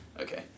okay